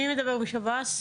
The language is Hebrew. מי מדבר בשב"ס?